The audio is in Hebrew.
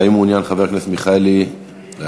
האם מעוניין חבר הכנסת מיכאלי להגיב?